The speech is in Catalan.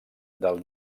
del